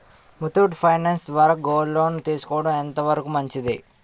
Muthoot finance ద్వారా gold loan తీసుకోవడం ఎంత వరకు మంచిది?